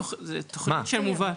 תכנית המוביל.